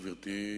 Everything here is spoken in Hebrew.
גברתי,